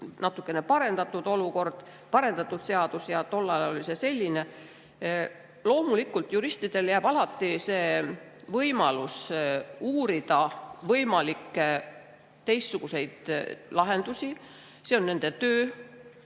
natukene parendatud olukord, parendatud seadus, aga tol ajal oli see selline. Loomulikult, juristidele jääb alati võimalus uurida võimalikke teistsuguseid lahendusi, see on nende töö.